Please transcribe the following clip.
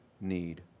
need